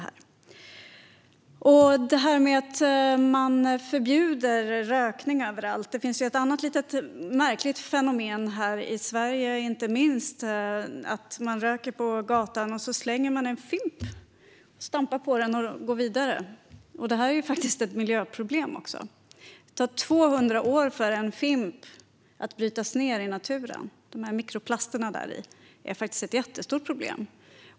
Apropå detta med att förbjuda rökning överallt finns det ett annat märkligt fenomen inte minst här i Sverige, nämligen att man röker på gatan och slänger fimpen. Man stampar på den och går vidare. Detta är faktiskt ett miljöproblem; det tar 200 år för en fimp att brytas ned i naturen. Mikroplasterna däri är ett jättestort problem.